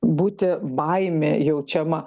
būti baimė jaučiama